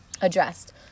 addressed